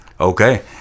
okay